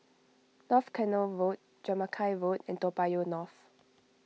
North Canal Road Jamaica Road and Toa Payoh North